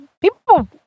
people